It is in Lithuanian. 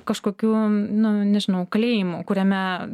kažkokiu nu nežinau kalėjimu kuriame